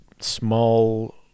small